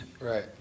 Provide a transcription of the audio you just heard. Right